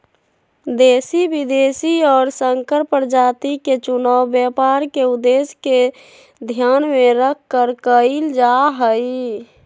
देशी, विदेशी और संकर प्रजाति के चुनाव व्यापार के उद्देश्य के ध्यान में रखकर कइल जाहई